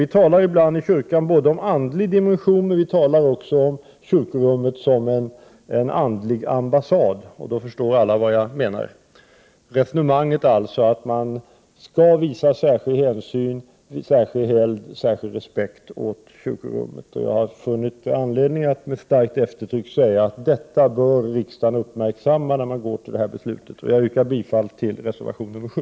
Vi talar ibland i kyrkan både om en andlig dimension och om kyrkorummet som en andlig ambassad. Jag tror att alla förstår vad jag menar med detta. Man skall visa särskild hänsyn, särskild helgd och särskild respekt för kyrkorummet. Jag har funnit anledning att med starkt eftertryck säga att detta bör riksdagens ledamöter uppmärksamma när de går för att fatta beslut. Jag yrkar bifall till reservation nr 7.